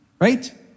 Right